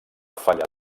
falla